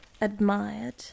admired